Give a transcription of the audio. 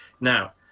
Now